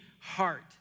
heart